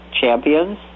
champions